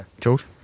George